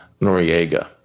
Noriega